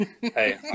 Hey